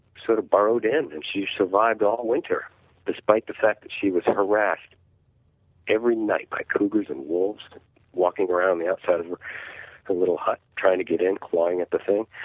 sort of burrowed in and she survived all winter despite the fact that she was harassed every night by cougars and wolves walking around the outside of her ah little hut, trying to get in, cloying at the thing.